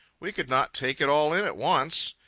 we could not take it all in at once.